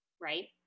right